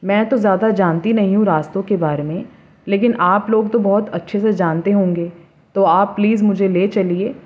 میں تو زیادہ جانتی نہیں ہوں راستوں کے بارے میں لیکن آپ لوگ تو بہت اچھے سے جانتے ہوں گے تو آپ پلیز مجھے لے چلیے